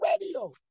radio